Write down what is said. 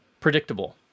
predictable